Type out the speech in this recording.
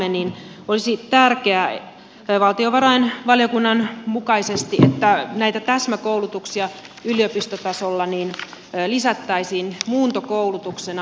valtiovarainvaliokunnan mukaisesti olisi tärkeää että näitä täsmäkoulutuksia yliopistotasolla lisättäisiin muuntokoulutuksena